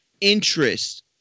interest